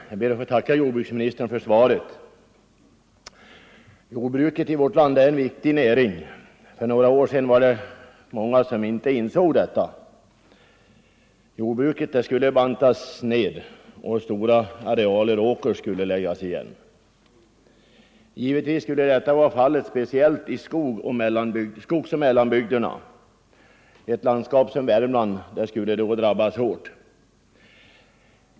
Herr talman! Jag ber att få tacka jordbruksministern för svaret. Jordbruket i vårt land är en viktig näring. För några år sedan var det många som inte insåg detta. Då skulle jordbruket bantas ner, och stora arealer åker skulle läggas igen. Givetvis skulle detta vara fallet speciellt i skogsoch mellanbygderna. Ett landskap som Värmland skulle då drabbas hårt.